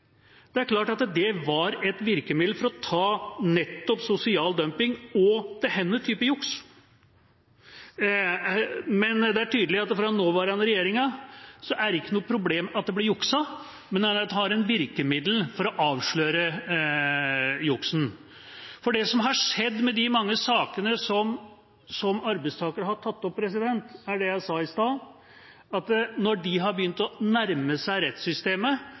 Det er klart at det var et virkemiddel til å ta nettopp sosial dumping og denne type juks! Men det er tydelig at for den nåværende regjeringa er det ikke noe problem at det blir jukset – men at en har virkemidler for å avsløre jukset. For det som har skjedd med de mange sakene som arbeidstakere har tatt opp, er det jeg sa i stad, at når de har begynt å nærme seg rettssystemet,